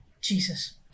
Jesus